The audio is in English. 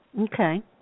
Okay